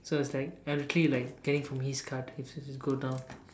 so it's like I'm literally like getting from his card when it goes down